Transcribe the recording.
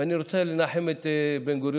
ואני רוצה לנחם את בן-גוריון,